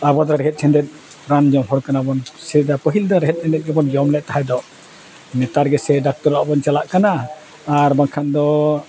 ᱟᱵᱚᱫᱚ ᱨᱮᱦᱮᱫ ᱥᱮᱸᱫᱮᱫ ᱨᱟᱱ ᱡᱚᱢ ᱦᱚᱲ ᱠᱟᱱᱟ ᱵᱚᱱ ᱥᱮᱫᱟᱭ ᱯᱟᱹᱦᱤᱞ ᱫᱚ ᱨᱮᱦᱮᱫ ᱥᱮᱸᱫᱮᱫ ᱜᱮᱵᱚᱱ ᱡᱚᱢ ᱞᱮᱫ ᱛᱟᱦᱮᱸᱫᱚ ᱱᱮᱛᱟᱨ ᱜᱮᱥᱮ ᱰᱟᱠᱛᱚᱨ ᱚᱲᱟᱜ ᱵᱚᱱ ᱪᱟᱞᱟᱜ ᱠᱟᱱᱟ ᱟᱨ ᱵᱟᱝᱠᱷᱟᱱ ᱫᱚ